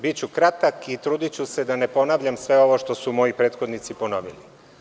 Biću kratak i trudiću se da ne ponavljam sve ovo što su moji prethodnici ponovili.